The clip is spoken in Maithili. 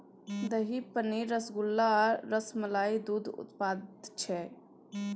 दही, पनीर, रसगुल्ला आ रसमलाई दुग्ध उत्पाद छै